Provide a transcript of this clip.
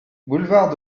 boulevard